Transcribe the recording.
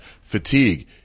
fatigue